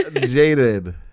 Jaded